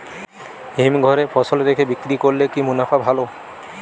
হিমঘরে ফসল রেখে বিক্রি করলে কি মুনাফা ভালো?